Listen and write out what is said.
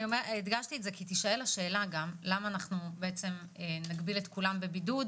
הדגשתי את זה כי תישאר השאלה למה נגביל את כולנו בבידוד